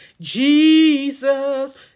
Jesus